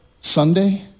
Sunday